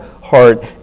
heart